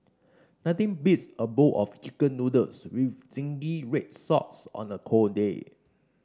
nothing beats a bowl of chicken noodles with zingy red sauce on the cold day